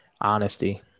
Honesty